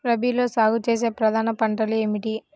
రబీలో సాగు చేసే ప్రధాన పంటలు ఏమిటి?